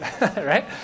right